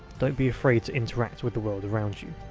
don't be afraid to interact with the world around you.